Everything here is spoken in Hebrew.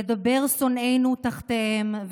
ידבר שונאינו תחתיהם,